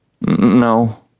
No